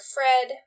Fred